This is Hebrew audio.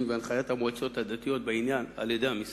ולהנחות את המועצות הדתיות בעניין על-ידי המשרד.